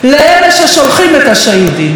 לאלה ששולחים את השהידים.